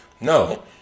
no